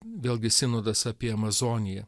vėlgi sinodas apie amazoniją